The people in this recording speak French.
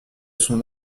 son